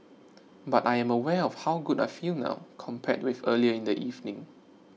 but I am aware of how good I feel now compared with earlier in the evening